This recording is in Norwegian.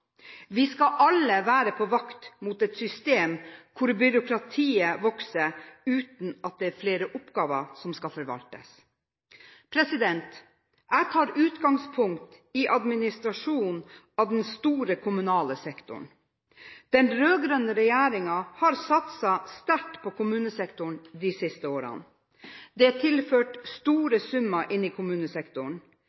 Vi skal alle være på vakt mot et system der byråkratiet vokser, uten at det er flere oppgaver som skal forvaltes. Jeg tar utgangspunkt i administrasjon av den store kommunale sektoren. Den rød-grønne regjeringen har satset sterkt på kommunesektoren de siste årene. Det er tilført